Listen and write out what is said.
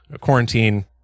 quarantine